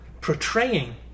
portraying